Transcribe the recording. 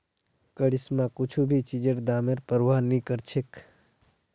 करिश्मा कुछू भी चीजेर दामेर प्रवाह नी करछेक